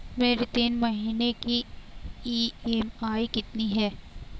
मेरी तीन महीने की ईएमआई कितनी है?